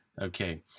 Okay